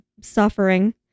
suffering